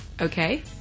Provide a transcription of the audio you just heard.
Okay